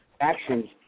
actions